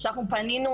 שאנחנו פנינו